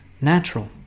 natural